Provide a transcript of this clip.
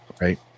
right